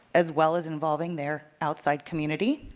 as well as involving their outside community.